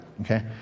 Okay